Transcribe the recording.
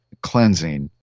cleansing